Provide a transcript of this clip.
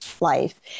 life